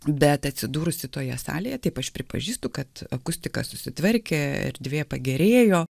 bet atsidūrusi toje salėje taip aš pripažįstu kad akustika susitvarkė erdvė pagerėjo